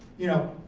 you know,